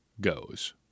goes